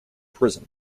prison